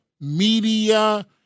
media